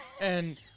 And-